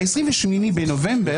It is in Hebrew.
ב-28 בנובמבר